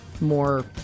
more